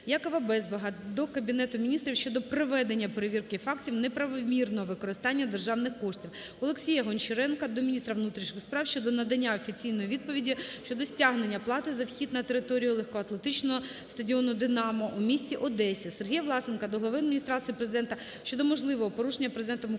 Якова Безбаха до Кабінету Міністрів щодо проведення перевірки фактів неправомірного використання державних коштів. Олексія Гончаренка до міністра внутрішніх справ про надання офіційної відповіді щодо стягнення плати за вхід на територію легкоатлетичного стадіону "Динамо" у місті Одесі. Сергія Власенка до Глави Адміністрації Президента щодо можливого порушення Президентом